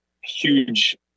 huge